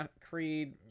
creed